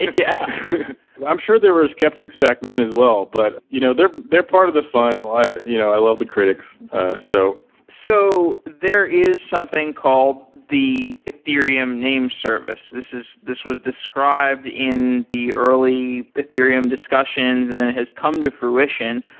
yeah i'm sure there were skeptics back then as well. but you know they're they're part of the fun. i you know i love the critics so so there is something called the ethereum name service. this was described in the early ethereum discussions and then it has come to fruition.